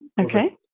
okay